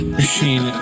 machine